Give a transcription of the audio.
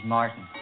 Martin